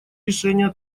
решения